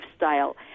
lifestyle